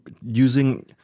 using